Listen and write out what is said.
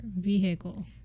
vehicle